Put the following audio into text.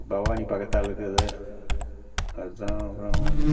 பவானி பக்கத்தில இருக்குது அது தான் அப்புறம்